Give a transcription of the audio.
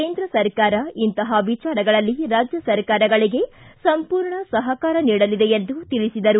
ಕೇಂದ್ರ ಸರ್ಕಾರ ಇಂತಹ ವಿಚಾರಗಳಲ್ಲಿ ರಾಜ್ಯ ಸರ್ಕಾರಗಳಿಗೆ ಸಂಪೂರ್ಣ ಸಹಕಾರ ನೀಡಲಿದೆ ಎಂದು ತಿಳಿಸಿದರು